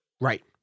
Right